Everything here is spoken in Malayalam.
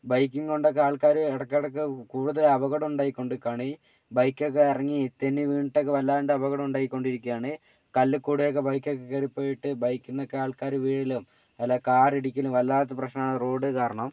ബൈക്കും കൊണ്ടൊക്കെ ആൾക്കാർ ഇടയ്ക്കിടക്ക് കൂടുതൽ അപകടം ഉണ്ടായിക്കൊണ്ടിരിക്കുകയാണ് ബൈക്ക് ഒക്കെ ഇറങ്ങി തെന്നി വീണിട്ടൊക്കെ വല്ലാണ്ട് അപകടം ഉണ്ടായിക്കൊണ്ടിരിക്കുകയാണ് കല്ലിൽക്കൂടിയൊക്കെ ബൈക്കൊക്കെ കയറിപ്പോയിട്ട് ബൈക്കിൽ നിന്ന് ഒക്കെ ആൾക്കാർ വീഴലും അല്ലെങ്കിൽ കാർ ഇടിക്കലും വല്ലാത്ത പ്രശ്നം ആണ് റോഡ് കാരണം